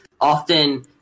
often